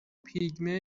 پیگمه